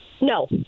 No